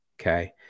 Okay